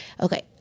Okay